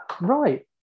right